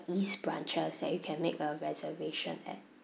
east branches that you can make a reservation at